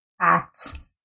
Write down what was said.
acts